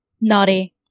Naughty